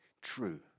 True